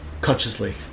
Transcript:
consciously